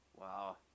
Wow